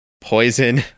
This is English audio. poison